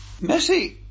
Messi